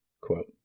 Quote